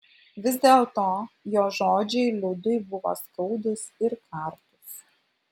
vis dėlto jo žodžiai liudui buvo skaudūs ir kartūs